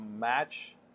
match